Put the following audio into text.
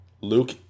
Luke